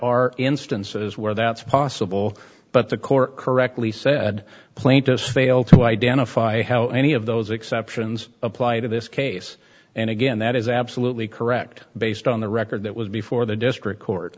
are instances where that's possible but the court correctly said plaintiffs fail to identify how any of those exceptions apply to this case and again that is absolutely correct based on the record that was before the district court